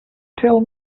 tell